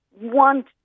want